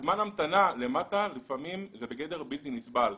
זמן ההמתנה למטה, לפעמים הוא בגדר בלתי נסבל.